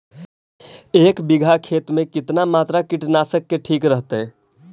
एक बीघा खेत में कितना मात्रा कीटनाशक के ठिक रहतय?